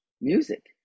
music